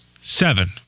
Seven